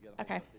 Okay